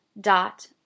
dot